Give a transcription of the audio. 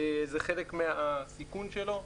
זה חלק מהסיכון שלו.